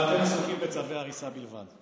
אבל אתם מתעסקים בצווי הריסה בלבד.